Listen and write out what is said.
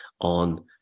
on